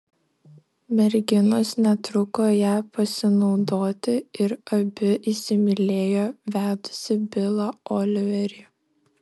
merginos netruko ja pasinaudoti ir abi įsimylėjo vedusį bilą oliverį